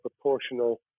proportional